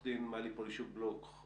עו"ד מלי פולישוק בלוך,